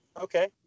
Okay